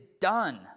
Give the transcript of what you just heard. done